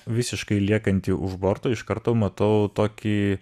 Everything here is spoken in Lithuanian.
visiškai liekantį už borto iš karto matau tokį